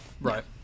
Right